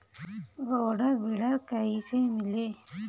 Rotor weeder कईसे मिले?